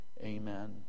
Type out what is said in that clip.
Amen